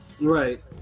Right